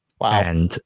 Wow